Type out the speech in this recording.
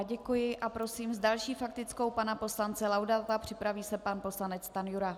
Děkuji a prosím s další faktickou pana poslance Laudáta, připraví se pan poslanec Stanjura.